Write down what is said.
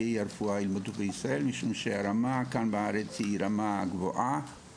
הרפואה ילמדו בישראל משום שהרמה בארץ היא גבוהה,